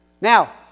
Now